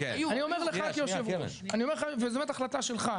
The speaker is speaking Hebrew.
אני אומר לך כיו"ר וזו באמת החלטה שלך,